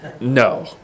No